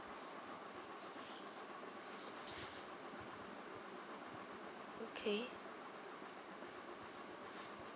okay